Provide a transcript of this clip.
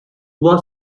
was